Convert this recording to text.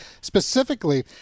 specifically